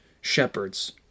shepherds